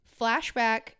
Flashback